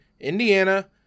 indiana